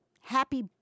happy